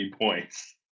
points